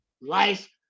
life